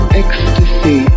ecstasy